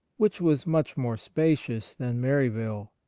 which was much more spacious than imaryvale.